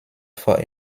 for